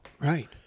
Right